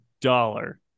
dollar